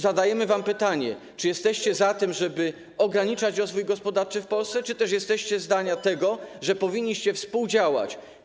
Zadajemy wam pytanie: Czy jesteście za tym, żeby ograniczać rozwój gospodarczy w Polsce, czy też jesteście za tym, że powinniśmy współdziałać?